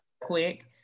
quick